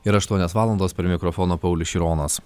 yra aštuonios valandos prie mikrofono paulius šironas